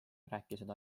rääkisid